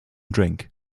drink